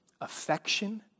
affection